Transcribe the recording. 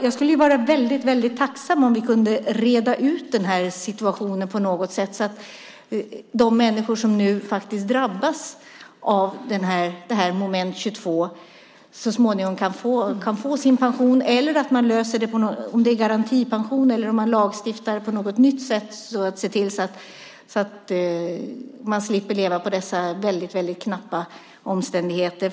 Jag skulle vara väldigt tacksam om vi kunde reda ut den här situationen på något sätt så att de människor som nu faktiskt drabbas av detta moment 22 så småningom kan få sin pension, eller att man löser det på något annat sätt - det kan gälla garantipension eller att lagstifta på något nytt sätt - för att se till att man slipper leva i dessa väldigt knappa omständigheter.